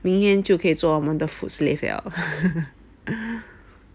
明天就可以做我们的 food slave liao